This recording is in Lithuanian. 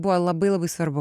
buvo labai labai svarbu